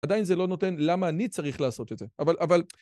עדיין זה לא נותן למה אני צריך לעשות את זה, אבל, אבל...